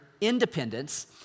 independence